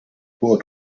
bor